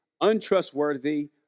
untrustworthy